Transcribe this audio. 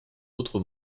autres